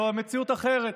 אבל המציאות אחרת,